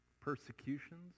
persecutions